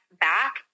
back